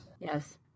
Yes